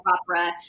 opera